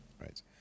Right